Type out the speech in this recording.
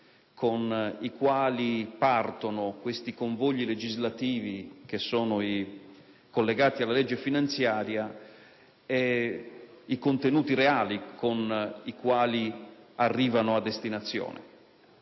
con i quali partono questi convogli legislativi, rappresentati dai collegati alla legge finanziaria, e i contenuti reali con i quali arrivano a destinazione.